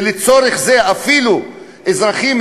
ולצורך זה אפילו אזרחים,